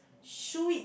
sweet